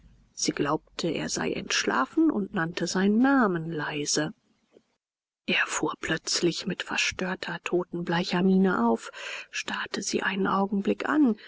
sie glaubte er sei entschlafen und nannte seinen namen leise er fuhr plötzlich mit verstörter totenbleicher miene auf starrte sie einen augenblick an